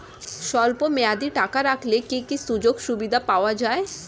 স্বল্পমেয়াদী টাকা রাখলে কি কি সুযোগ সুবিধা পাওয়া যাবে?